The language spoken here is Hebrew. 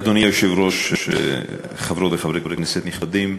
אדוני היושב-ראש, חברות וחברי כנסת נכבדים,